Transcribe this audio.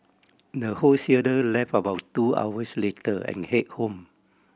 the wholesaler left about two hours later and headed home